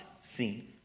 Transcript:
seen